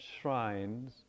shrines